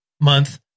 month